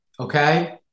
Okay